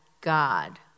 God